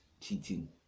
cheating